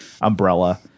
umbrella